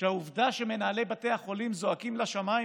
שהעובדה שמנהלי בתי החולים זועקים לשמיים